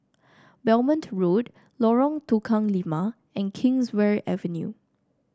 Belmont Road Lorong Tukang Lima and Kingswear Avenue